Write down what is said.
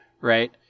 right